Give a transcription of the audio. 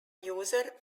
user